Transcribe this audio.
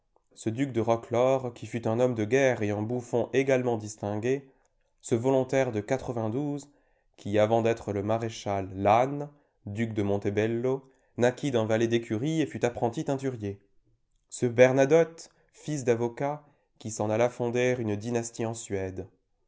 ce duc de roquelaure qui fut un homme de guerre et un bouftbn également distingués ce volontaire de quatre vingt douzequi avant d'être le maréchal lannes duc de montebello l'or naquit d'un valet d'écurie et fut apprenti teinturier ce bernadette fils d'avocat qui s'en alla fonder une dynastie en suède